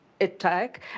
attack